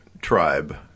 tribe